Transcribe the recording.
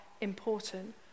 important